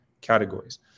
categories